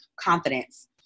confidence